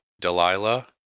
Delilah